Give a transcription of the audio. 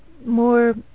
more